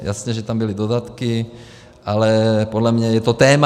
Jasně že tam byly dodatky, ale podle mě je to téma.